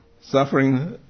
Suffering